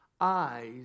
eyes